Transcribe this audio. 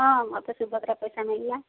ହଁ ମୋତେ ସୁଭଦ୍ରା ପଇସା ମିଳିଲା